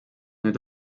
nüüd